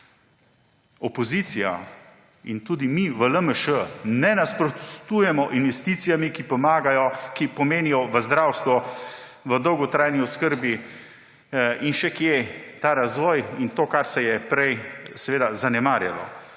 Opozicija in tudi mi v LMŠ ne nasprotujemo investicijam, ki pomenijo v zdravstvo, v dolgotrajni oskrbi in še kje ta razvoj in to, kar se je prej seveda zanemarjalo.